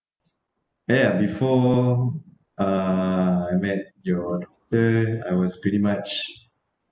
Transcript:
ya before uh I met your daughter I was pretty much